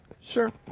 Sure